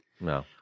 No